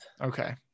okay